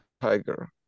tiger